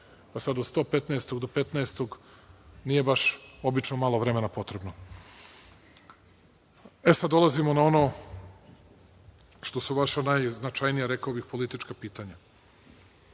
Pa, sad od 115 do 15 nije baš obično malo vremena potrebno.E, sad dolazimo na ono što su vaša najznačajnija, rekao bih, politička pitanja.